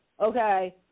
Okay